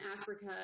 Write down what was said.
Africa